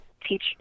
teach